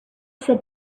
said